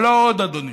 אבל לא עוד, אדוני.